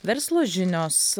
verslo žinios